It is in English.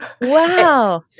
Wow